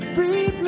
Breathe